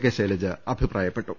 K Shailaja അഭിപ്രായപ്പെട്ടു